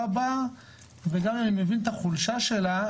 בה וגם אם הוא מבין את החולשה שלה,